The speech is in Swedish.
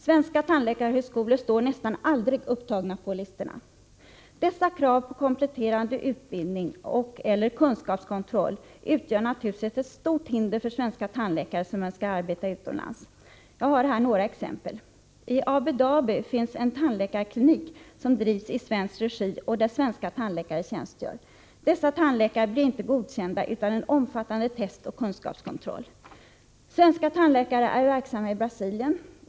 Svenska tandläkarhögskolor står nästan aldrig upptagna på listorna. Dessa krav på kompletterande utbildning och/eller kunskapskontroll utgör naturligtvis ett stort hinder för svenska tandläkare, som önskar arbeta utomlands. Jag kan ge några exempel. I Abu Dabi finns en tandläkarklinik, som drivs i svensk regi och där svenska tandläkare tjänstgör. Dessa tandläkare blir inte godkända utan en omfattande test och kunskapskontroll. Svenska tandläkare är verksamma i Brasilien.